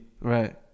Right